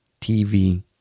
TV